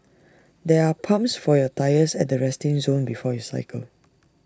there are pumps for your tyres at the resting zone before you cycle